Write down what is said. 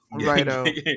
Right